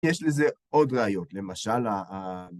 יש לזה עוד ראיות, למשל ה... ה...